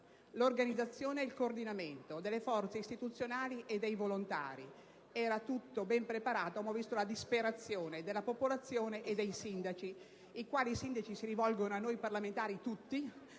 l'organizzazione ed il coordinamento delle forze istituzionali e dei volontari: era tutto ben preparato. Ma ho visto anche la disperazione della popolazione e dei sindaci, i quali si rivolgono a noi parlamentari tutti,